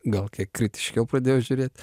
gal kiek kritiškiau pradėjau žiūrėt